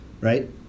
right